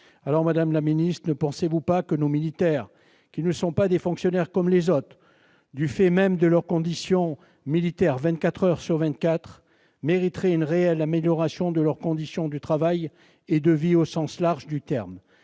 véritablement épuisées. Ne pensez-vous pas que nos militaires, qui ne sont pas des fonctionnaires comme les autres, du fait même de leur condition militaire vingt-quatre heures sur vingt-quatre, mériteraient une réelle amélioration de leurs conditions de travail et de vie, au sens large du terme ?